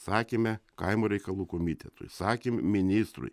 sakėme kaimo reikalų komitetui sakėm ministrui